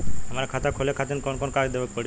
हमार खाता खोले खातिर कौन कौन कागज देवे के पड़ी?